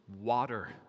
water